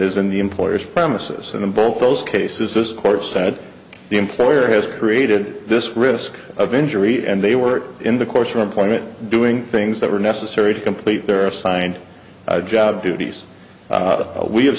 in the employer's premises and in both those cases this court said the employer has created this risk of injury and they were in the course of employment doing things that were necessary to complete their assigned job duties we have